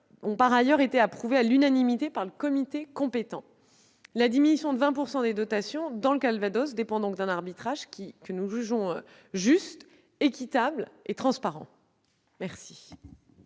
ont par ailleurs été approuvés à l'unanimité par le comité compétent. La diminution de 20 % des dotations octroyées au Calvados résulte donc d'un arbitrage que nous jugeons juste, équitable et transparent. La